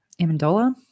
Amendola